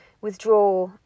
withdraw